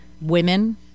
women